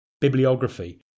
bibliography